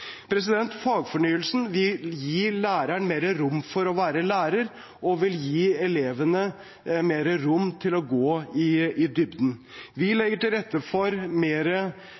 Fagfornyelsen vil gi læreren mer rom for å være lærer og gi elevene mer rom til å gå i dybden. Vi legger til rette for